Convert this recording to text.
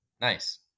Nice